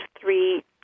three